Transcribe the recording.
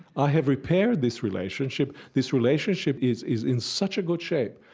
i have repaired this relationship. this relationship is is in such a good shape,